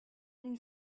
une